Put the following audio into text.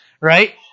right